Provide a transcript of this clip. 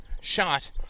shot